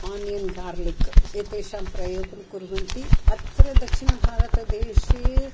onion garlic एतेषां प्रयोगं कुर्वन्ति अत्र दक्षिणभारतदेशे